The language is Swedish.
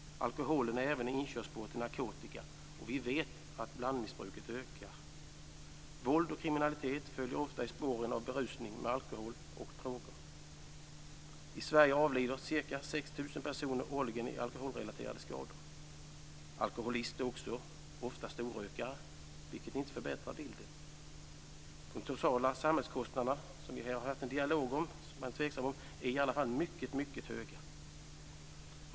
Alkoholen är även en inkörsport till narkotika. Vi vet att blandmissbruket ökar. Våld och kriminalitet följer ofta i spåren av berusning med alkohol och droger. I Sverige avlider ca 6 000 personer årligen i alkoholrelaterade skador. Alkoholister är också ofta storrökare, vilket inte förbättrar bilden. De totala samhällskostnaderna, som vi här har haft en dialog om som jag är tveksam till, är i alla fall mycket höga.